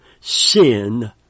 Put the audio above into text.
sin